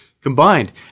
Combined